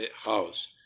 house